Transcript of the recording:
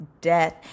death